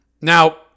Now